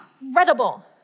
incredible